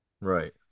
Right